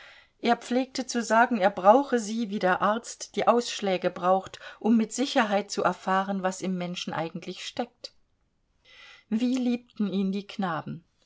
er pflegte zu sagen er brauche sie wie der arzt die ausschläge braucht um mit sicherheit zu erfahren was im menschen eigentlich steckt wie liebten ihn die knaben